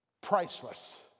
Priceless